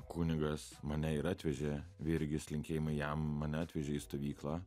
kunigas mane ir atvežė virgis linkėjimai jam mane atvežė į stovyklą